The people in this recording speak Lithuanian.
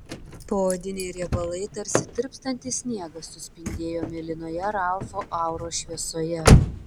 poodiniai riebalai tarsi tirpstantis sniegas suspindėjo mėlynoje ralfo auros šviesoje